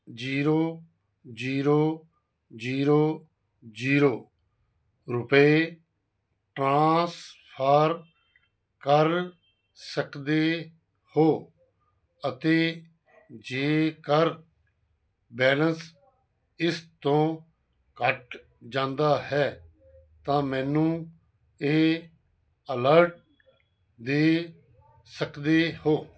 zero zero zero zero ਰੁਪਏ transfer ਕਰ ਸਕਦੇ ਹੋ ਅਤੇ ਜੇਕਰ ਬੈਲੇਂਸ ਇਸ ਤੋਂ ਘੱਟ ਜਾਂਦਾ ਹੈ ਤਾਂ ਮੈਨੂੰ ਇੱਕ ਅਲਰਟ ਦੇ ਸਕਦੇ ਹੋ